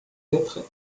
lettres